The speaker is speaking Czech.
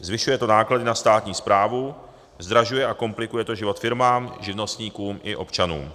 Zvyšuje to náklady na státní správu, zdražuje a komplikuje to život firmám, živnostníkům i občanům.